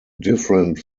different